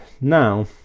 Now